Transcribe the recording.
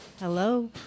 hello